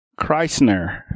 Kreisner